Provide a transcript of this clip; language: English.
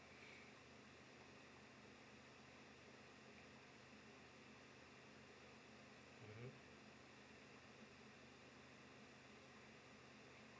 mmhmm